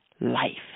life